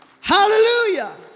Hallelujah